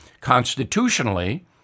constitutionally